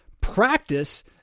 practice